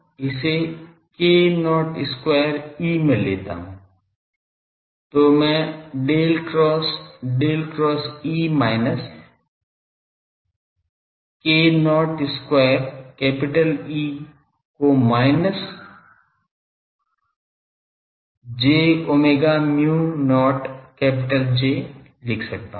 तो मैं Del cross Del cross E minus k not square E को minus is j omega mu not J लिख सकता हूं